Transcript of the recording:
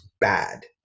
bad